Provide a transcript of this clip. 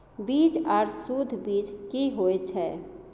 बीज आर सुध बीज की होय छै?